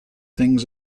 things